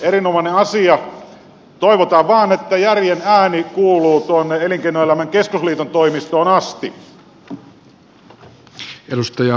erinomainen asia toivotaan vain että järjen ääni kuuluu tuonne elinkeinoelämän keskusliiton toimistoon asti